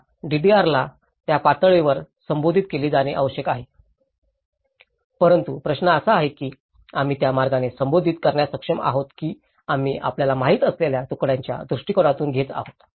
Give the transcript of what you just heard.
त्या डीआरआरला त्या पातळीवर संबोधित केले जाणे आवश्यक आहे परंतु प्रश्न असा आहे की आम्ही त्या मार्गाने संबोधित करण्यास सक्षम आहोत की आम्ही आपल्याला माहिती असलेल्या तुकड्यांच्या दृष्टीकोनातून घेत आहोत